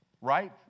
right